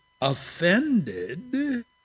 offended